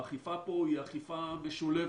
האכיפה פה היא אכיפה משולבת,